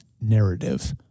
narrative